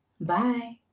Bye